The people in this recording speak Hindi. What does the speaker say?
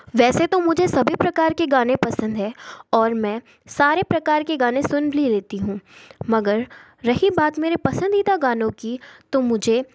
वैसे तो मुझे सभी प्रकार के गाने पसंद हैं और मैं सारे प्रकार के गाने सुन भी लेती हूँ मगर रही बात मेरे पसंदीदा गानों की तो मुझे